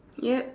yup